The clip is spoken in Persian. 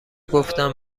گفتم